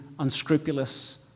Unscrupulous